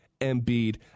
Embiid